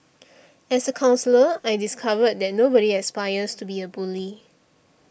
as a counsellor I discovered that nobody aspires to be a bully